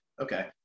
Okay